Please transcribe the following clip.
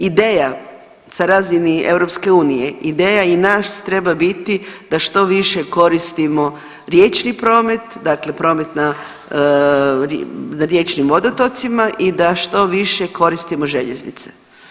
Ideja na razini EU, ideja i nas treba biti da što više koristimo riječni promet, dakle promet na riječnim vodotocima i da što više koristimo željeznice.